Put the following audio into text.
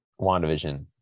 WandaVision